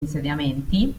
insediamenti